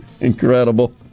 Incredible